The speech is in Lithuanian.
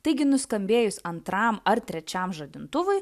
taigi nuskambėjus antram ar trečiam žadintuvui